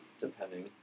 depending